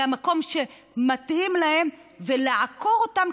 מהמקום שמתאים להם ולעקור אותם,